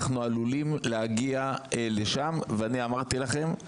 אנחנו עלולים להגיע לשם ואני אמרתי לכם,